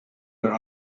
their